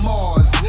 Mars